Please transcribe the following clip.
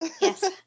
Yes